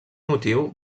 motiu